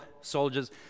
soldiers